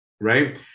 Right